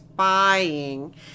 spying